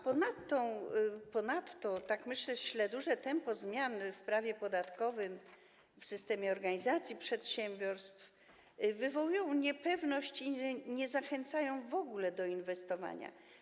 Ponadto myślę, że duże tempo zmian w prawie podatkowym, w systemie organizacji przedsiębiorstw wywołuje niepewność i nie zachęca w ogóle do inwestowania.